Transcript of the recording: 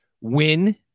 win